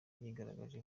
yigaragaje